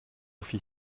fit